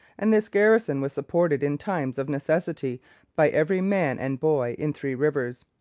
and this garrison was supported in times of necessity by every man and boy in three rivers.